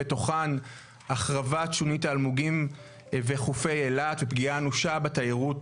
בתוכם החרבת שונית האלמוגים וחופי אילת ופגיעה אנושה בתיירות,